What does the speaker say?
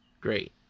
Great